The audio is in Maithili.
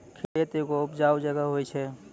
खेत एगो उपजाऊ जगह होय छै